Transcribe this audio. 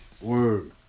Word